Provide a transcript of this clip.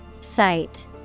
Site